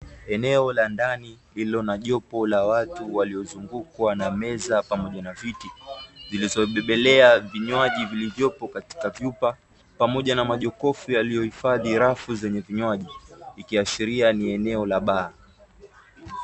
Eneo la ndani lililo na jopo la watu walio zungukwa na meza pamoja na viti, zilizo bebelea vinywaji vilivyopo katika vyupa, pamoja na majokofu yaliyo hifadhi rafu zenye vinywaji. Likiashiria ni eneo la baa.